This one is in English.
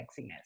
sexiness